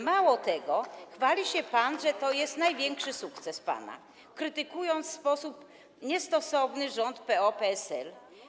Mało tego, chwali się pan, że to jest największy sukces pana, krytykując w sposób niestosowny rząd PO-PSL.